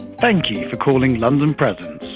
thank you for calling london presence,